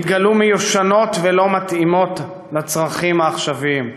התגלו כמיושנות ולא מתאימות לצרכים העכשוויים.